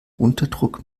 unterdruck